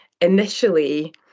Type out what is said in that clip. initially